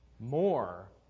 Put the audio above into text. More